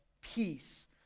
peace